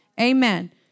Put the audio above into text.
Amen